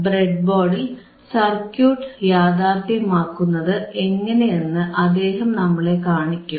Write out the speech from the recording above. ബ്രെഡ്ബോർഡിൽ സർക്യൂട്ട് യാഥാർത്ഥ്യമാക്കുന്നത് എങ്ങനെയെന്ന് അദ്ദേഹം നമ്മളെ കാണിക്കും